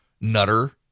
Nutter